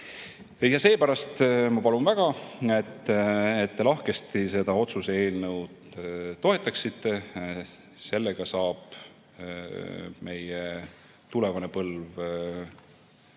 Seepärast ma palun väga, et te lahkesti seda otsuse eelnõu toetaksite. Sellega saab meie tulevane põlv